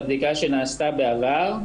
הבדיקה שנעשתה בעבר,